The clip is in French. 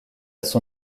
son